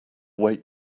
wake